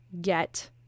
get